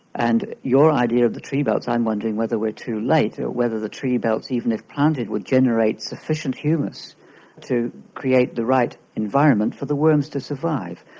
and your idea of the tree belts, i'm wondering whether we are too late, whether the tree belts, even if planted, would generate sufficient humus to create the right environment for the worms to survive.